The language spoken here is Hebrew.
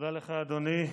תודה לך, אדוני.